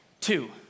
two